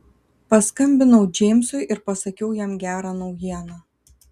paskambinau džeimsui ir pasakiau jam gerą naujieną